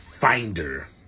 finder